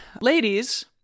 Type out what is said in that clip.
Ladies